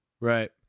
Right